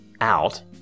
out